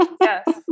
Yes